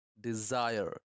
desire